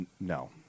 No